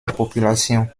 population